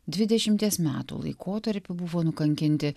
dvidešimties metų laikotarpiu buvo nukankinti